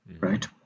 right